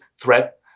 threat